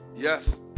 Yes